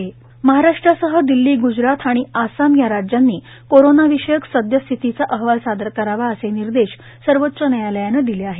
सर्वोच्च न्यायालय महाराष्ट्रासह दिल्ली ग्जरात आणि आसाम या राज्यांनी कोरोनाविषयक सद्यस्थितीचा अहवाल सादर करावा असे निर्देश सर्वोच्च न्यायालयाने दिले आहेत